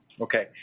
okay